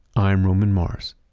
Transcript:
i'm roman mars